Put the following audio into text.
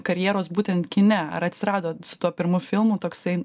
karjeros būtent kine ar atsirado su tuo pirmu filmu toksai